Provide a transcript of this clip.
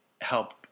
help